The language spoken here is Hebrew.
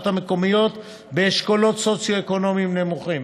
המקומיות באשכולות סוציו-אקונומיים נמוכים.